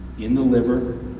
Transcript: in the liver,